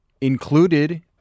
Included